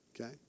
okay